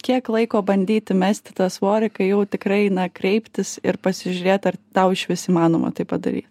kiek laiko bandyti mesti tą svorį kai jau tikrai na kreiptis ir pasižiūrėt ar tau išvis įmanoma tai padary